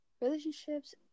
relationships